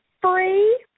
free